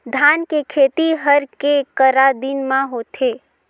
धान के खेती हर के करा दिन म होथे?